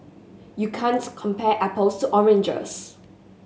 you can't compare apples to oranges